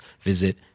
visit